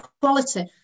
Quality